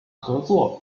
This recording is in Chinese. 合作